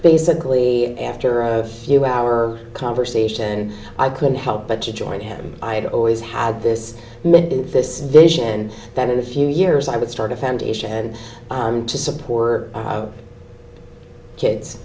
basically after a few our conversation i couldn't help but to join him i had always had this this vision that in a few years i would start a foundation to support kids